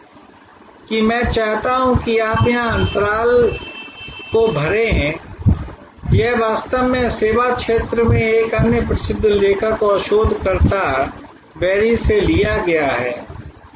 तो आपके लिए असाइनमेंट का एक और सेट यह है कि मैं चाहता हूं कि आप यहां अंतराल को भरें यह वास्तव में सेवा क्षेत्र में एक अन्य प्रसिद्ध लेखक और शोधकर्ता बेरी से लिया गया है